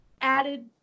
added